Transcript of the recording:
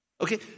Okay